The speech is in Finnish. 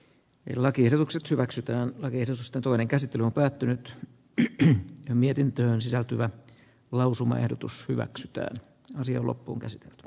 meillä kierrokset hyväksytään lakitusta toinen käsittely on päättynyt eikä mietintöön sisältyvää lausumaehdotus hyväksytty asian loppuunkäsite p